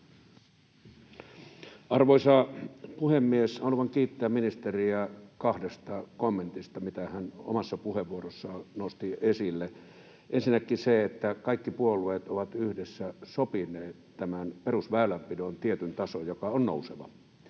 Arvoisa puhemies! Haluan kiittää ministeriä kahdesta kommentista, jotka hän omassa puheenvuorossaan nosti esille. Ensinnäkin, kaikki puolueet ovat yhdessä sopineet tämän perusväylänpidon tietyn tason, joka on nouseva.